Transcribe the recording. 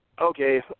okay